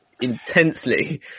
intensely